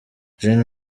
gen